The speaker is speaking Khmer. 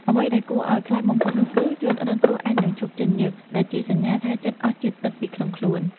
អ្វីដែលគួរឱ្យខ្លាចបំផុតនោះគឺ ជនរងគ្រោះអាចនឹងឈប់ចេញញើស ដែលជាសញ្ញាថាជិតអស់ជាតិទឹកពីក្នុងខ្លួន។